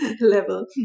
level